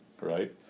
Right